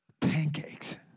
pancakes